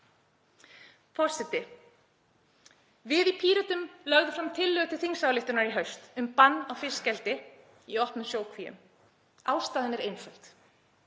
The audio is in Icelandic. Forseti. Við í Pírötum lögðum fram tillögu til þingsályktunar í haust um bann við fiskeldi í opnum sjókvíum. Ástæðan er einföld.